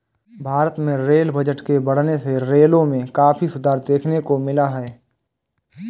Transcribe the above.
भारत में rail budget के बढ़ने से रेलों में काफी सुधार देखने को मिला है